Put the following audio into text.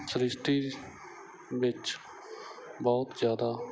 ਸ੍ਰਿਸ਼ਟੀ ਵਿੱਚ ਬਹੁਤ ਜ਼ਿਆਦਾ